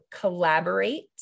collaborate